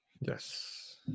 Yes